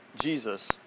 jesus